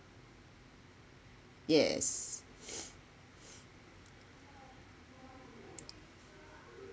yes